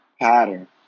pattern